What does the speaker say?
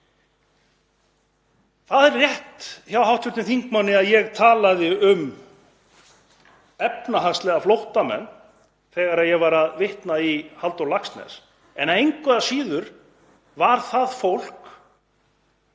Það er rétt hjá hv. þingmanni að ég talaði um efnahagslega flóttamenn þegar ég var að vitna í Halldór Laxness, en engu að síður var það fólk